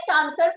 answers